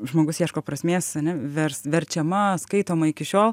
žmogus ieško prasmės ane vers verčiama skaitoma iki šiol